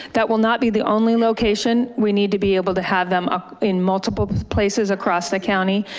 that will not be the only location, we need to be able to have them ah in multiple places across the county.